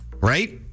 right